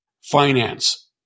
finance